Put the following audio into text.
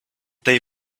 they